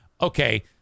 okay